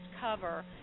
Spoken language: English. cover